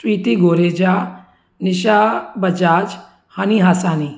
sweetie Goreja Nisha Bajaj Honey Hasani